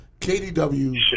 KDW